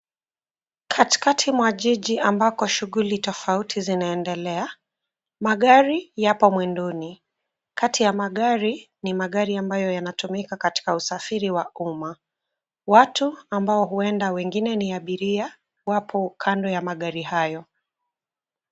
Katikati mwa jiji ambako shughuli tofauti zinaendelea. Magari yapo mwendoni. Kati ya magari, ni magari ambayo yanatumika katika usafiri wa umma. Watu ambao huenda wengine ni abiria, wapo kando ya magari hayo.